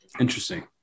Interesting